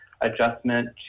adjustment